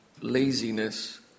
laziness